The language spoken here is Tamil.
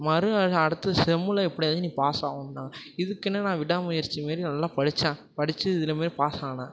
மறுநாள் அடுத்த செம்மில் எப்படியாது நீ பாஸ் ஆகணும்னாங்க இதுக்குன்னே நான் விடாமுயற்சி மாரி நல்லா படிச்சேன் படிச்சேன் இதுலையுமே பாஸ் ஆனேன்